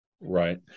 Right